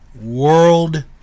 world